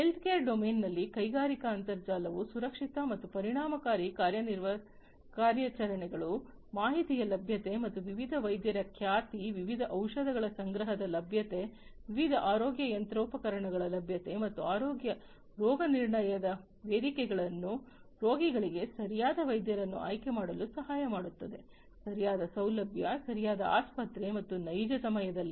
healthcare ಡೊಮೇನ್ನಲ್ಲಿ ಕೈಗಾರಿಕಾ ಅಂತರ್ಜಾಲವು ಸುರಕ್ಷಿತ ಮತ್ತು ಪರಿಣಾಮಕಾರಿ ಕಾರ್ಯಾಚರಣೆಗಳು ಮಾಹಿತಿಯ ಲಭ್ಯತೆ ಮತ್ತು ವಿವಿಧ ವೈದ್ಯರ ಖ್ಯಾತಿ ವಿವಿಧ ಔಷಧಿಗಳ ಸಂಗ್ರಹದ ಲಭ್ಯತೆ ವಿವಿಧ ಆರೋಗ್ಯ ಯಂತ್ರೋಪಕರಣಗಳ ಲಭ್ಯತೆ ಮತ್ತು ಆರೋಗ್ಯ ರೋಗನಿರ್ಣಯದ ವೇದಿಕೆಗಳನ್ನು ರೋಗಿಗಳಿಗೆ ಸರಿಯಾದ ವೈದ್ಯರನ್ನು ಆಯ್ಕೆ ಮಾಡಲು ಸಹಾಯ ಮಾಡುತ್ತದೆ ಸರಿಯಾದ ಸೌಲಭ್ಯ ಸರಿಯಾದ ಆಸ್ಪತ್ರೆ ಮತ್ತು ನೈಜ ಸಮಯದಲ್ಲಿ